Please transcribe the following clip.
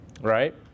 right